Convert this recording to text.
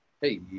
Hey